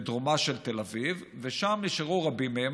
בדרומה של תל אביב, ושם נשארו רבים מהם.